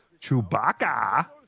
Chewbacca